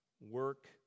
work